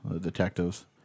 Detectives